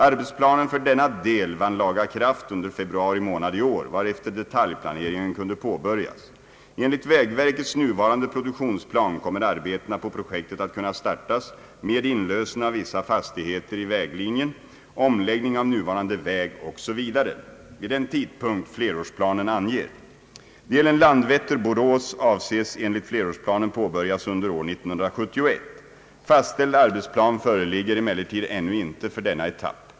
Arbetsplanen = för denna del vann laga kraft under februari månad i år, varefter detaljplaneringen kunde påbörjas. Enligt vägverkets nuvarande produktionsplan kommer arbetena på projektet att kunna startas med inlösen av vissa fastigheter i väglinjen, omläggning av nuvarande väg osv. vid den tidpunkt flerårsplanen anger. Delen Landvetter—Borås avses enligt flerårsplanen påbörjas under år 1971. Fastställd arbetsplan föreligger emellertid ännu inte för denna etapp.